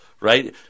right